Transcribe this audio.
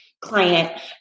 client